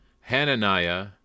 Hananiah